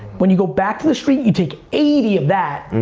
when you go back to the street, you take eighty of that,